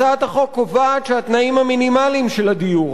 הצעת החוק קובעת שהתנאים המינימליים של הדיור,